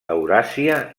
euràsia